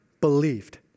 believed